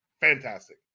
fantastic